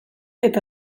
eta